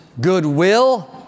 goodwill